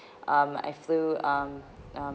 um I flew um um